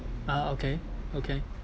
ah okay okay